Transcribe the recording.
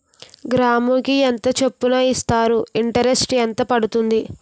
గ్రాముకి ఎంత చప్పున ఇస్తారు? ఇంటరెస్ట్ ఎంత పడుతుంది?